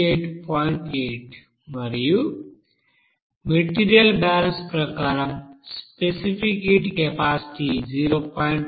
8 మరియు material balance ప్రకారం specific heat capacity 0